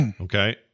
Okay